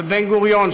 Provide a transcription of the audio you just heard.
על בן-גוריון,